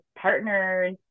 partners